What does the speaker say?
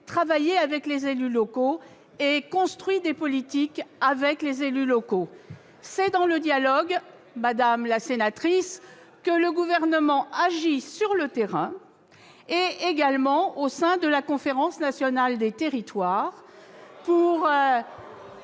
travailler avec les élus locaux et construire des politiques avec eux. C'est en effet dans le dialogue, madame la sénatrice, que le Gouvernement agit sur le terrain et négocie au sein de la Conférence nationale des territoires,